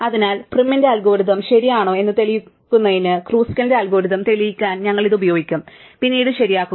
അതിനാൽ പ്രൈമിന്റെ അൽഗോരിതം ശരിയാണോ എന്ന് തെളിയിക്കുന്നതിന് ക്രൂസ്കലിന്റെ അൽഗോരിതം തെളിയിക്കാൻ ഞങ്ങൾ ഇത് ഉപയോഗിക്കും പിന്നീട് ശരിയാക്കുക